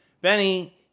Benny